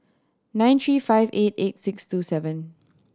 nine three five eight eight six two seven